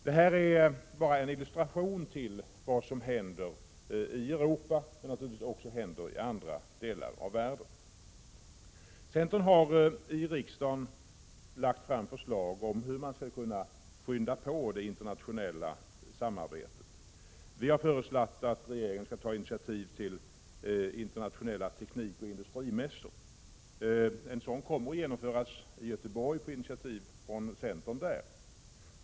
Detta är bara en illustration till vad som händer i Europa och naturligtvis även i andra delar av världen. Centern har i riksdagen lagt fram förslag till hur man skall kunna skynda på det internationella samarbetet. Vi har föreslagit att regeringen skall ta initiativ till internationella teknikoch industrimässor. En sådan kommer att genomföras i Göteborg på initiativ av centern där.